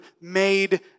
made